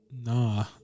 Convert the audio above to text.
Nah